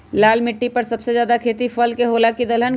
लाल मिट्टी पर सबसे ज्यादा खेती फल के होला की दलहन के?